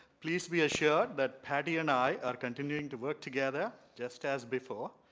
please be assured that patty and i are continuing to work together just as before.